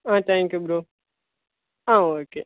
ah thank you bro ஆ okay